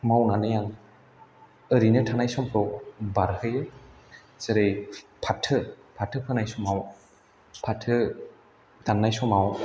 मावनानै आं ओरैनो थानाय समफ्राव बारहोयो जेरै फाथो फोनाय समाव फाथो दाननाय समाव